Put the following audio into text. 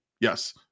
yes